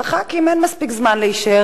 כשלח"כים אין מספיק זמן להישאר,